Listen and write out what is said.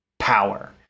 power